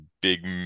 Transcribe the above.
big